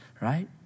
right